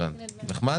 הבנתי, נחמד.